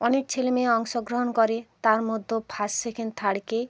অনেক ছেলেমেয়ে অংশগ্রহণ করে তার মধ্যেও ফার্স্ট সেকেন্ড থার্ডকে